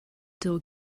door